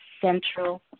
central